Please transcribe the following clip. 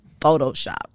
Photoshop